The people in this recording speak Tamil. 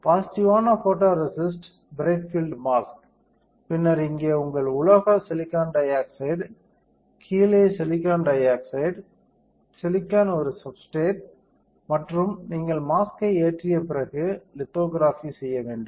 பாசிட்டிவ்வான போட்டோரேசிஸ்ட் பிரைட் பீல்ட் மாஸ்க் பின்னர் இங்கே உங்கள் உலோக சிலிக்கான் டை ஆக்சைடு கீழே சிலிக்கான் டை ஆக்சைடு சிலிக்கான் ஒரு சப்ஸ்டிரேட் மற்றும் நீங்கள் மாஸ்க்யை ஏற்றிய பிறகு லித்தோகிராபி செய்ய வேண்டும்